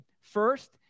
First